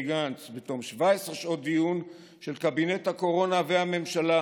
גנץ בתום 17 שעות דיון של קבינט הקורונה והממשלה,